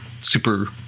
super